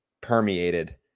permeated